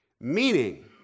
Meaning